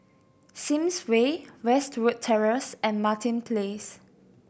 Sims Way Westwood Terrace and Martin Place